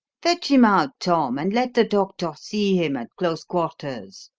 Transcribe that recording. fetch him out, tom, and let the doctor see him at close quarters.